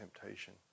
temptation